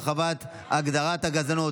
הרחבת הגדרת הגזענות),